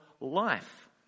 life